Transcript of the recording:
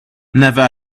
never